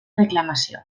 reclamació